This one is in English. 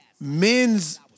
men's-